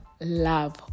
love